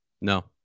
No